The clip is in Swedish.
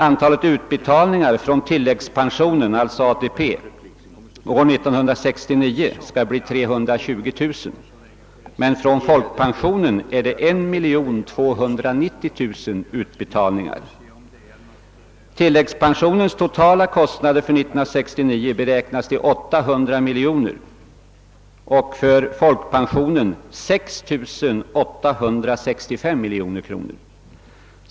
Antalet utbetalningar från tilläggspensionen, alltså ATP, beräknas år 1969 bli 320 000 medan antalet folkpensionsutbetalningar är 1290 000. Tilläggspensionens totala kostnader beräknas 1969 bli 800 miljoner kronor och folkpensionens 6 865 miljoner kronor.